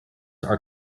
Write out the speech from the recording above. are